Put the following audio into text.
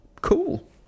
cool